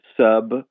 sub